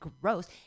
gross